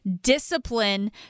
discipline